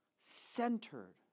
centered